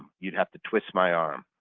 you'd have to twist my arm.